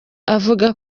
avuga